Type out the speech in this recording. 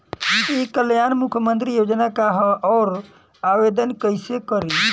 ई कल्याण मुख्यमंत्री योजना का है और आवेदन कईसे करी?